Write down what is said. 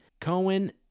Cohen